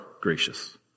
gracious